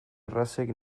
errazek